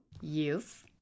Yes